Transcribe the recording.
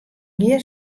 gjin